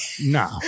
No